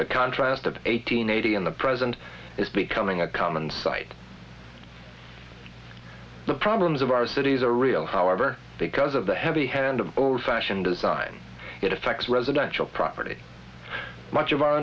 the contrast of eight hundred eighty in the present is becoming a common sight the problems of our cities are real however because of the heavy handed over fashion design it effects residential property much of our